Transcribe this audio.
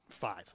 five